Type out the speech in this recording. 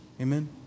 Amen